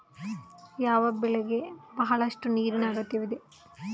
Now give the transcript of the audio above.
ಯಾವ ಬೆಳೆಗೆ ಬಹಳಷ್ಟು ನೀರಿನ ಅಗತ್ಯವಿದೆ?